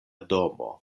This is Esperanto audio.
domo